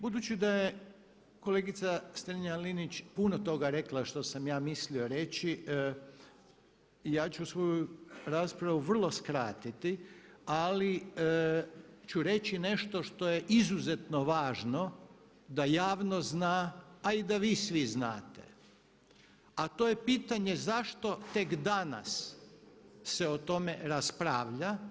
Budući da je kolegica Strenja-Linić puno toga rekla što sam ja mislio reći ja ću svoju raspravu vrlo skratiti, ali ću reći nešto što je izuzetno važno da javnost zna, a i da vi svi znate, a to je pitanje zašto tek danas se o tome raspravlja.